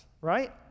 right